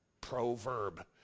proverb